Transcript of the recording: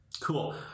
cool